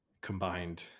combined